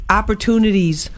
opportunities